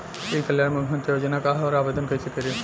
ई कल्याण मुख्यमंत्री योजना का है और आवेदन कईसे करी?